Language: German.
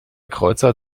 kreuzer